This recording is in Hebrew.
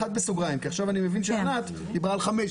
עכשיו אני מבין שענת דיברה על (5)